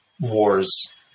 wars